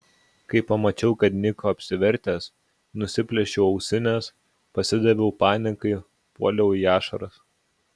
kai pamačiau kad niko apsivertęs nusiplėšiau ausines pasidaviau panikai puoliau į ašaras